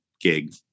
gig